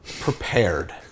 prepared